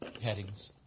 headings